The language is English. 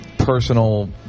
Personal